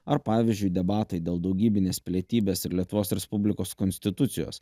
ar pavyzdžiui debatai dėl daugybinės pilietybės ir lietuvos respublikos konstitucijos